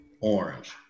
orange